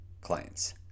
clients